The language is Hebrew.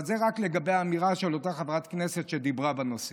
אבל זה רק לגבי האמירה של אותה חברת כנסת שדיברה בנושא.